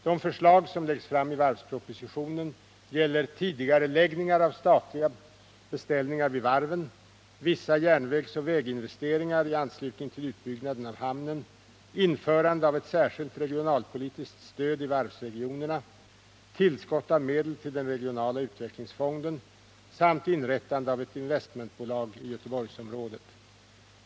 De förslag som läggs fram i varvspropositionen gäller tidigareläggningar av statliga beställningar vid varven, vissa järnvägsoch väginvesteringar i anslutning till utbyggnaden av hamnen, införandet av ett särskilt regionalpolitiskt stöd i varvsregionerna, tillskott av medel till den regionala utvecklingsfonden samt inrättande av ett investmentbolag i Göteborgsområdet.